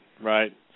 right